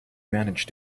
manage